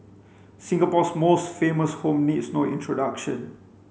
Singapore's most famous home needs no introduction